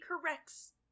corrects